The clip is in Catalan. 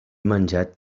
menjat